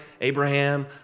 Abraham